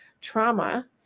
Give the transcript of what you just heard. trauma